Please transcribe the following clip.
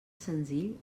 senzill